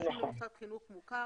"רישום למוסד חינוך מוכר.